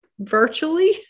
Virtually